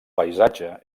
paisatge